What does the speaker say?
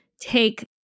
take